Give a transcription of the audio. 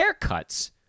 haircuts